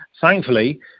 Thankfully